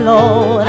Lord